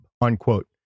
unquote